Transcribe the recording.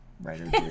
writer